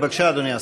בבקשה, אדוני השר.